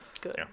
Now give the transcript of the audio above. Good